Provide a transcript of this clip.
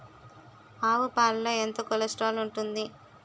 ఆవు పాలలో ఎంత కొలెస్ట్రాల్ ఉంటుంది?